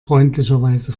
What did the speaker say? freundlicherweise